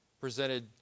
presented